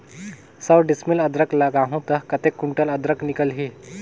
सौ डिसमिल अदरक लगाहूं ता कतेक कुंटल अदरक निकल ही?